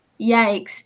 yikes